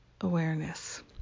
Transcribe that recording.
awareness